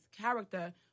character